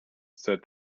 said